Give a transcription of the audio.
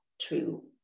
true